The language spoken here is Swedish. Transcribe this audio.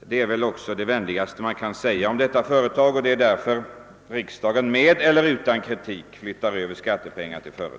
och det är väl det vänligaste man kan säga om detta företag. Det är också därför riksdagen, med eller utan kritik, flyttar över skattepengar till det.